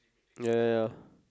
ya ya ya